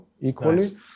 equally